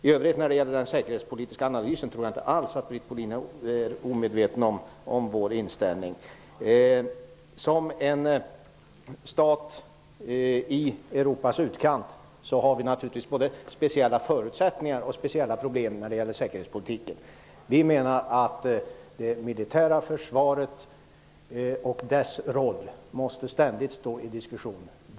I övrigt när det gäller den säkerhetspolitiska analysen tror jag inte alls att Britt Bohlin är omedveten om vår inställning. Som en stat i Europas utkant har vi naturligtvis både speciella förutsättningar och problem när det gäller säkerhetspolitiken. Det militära försvaret och dess roll måste ständigt diskuteras.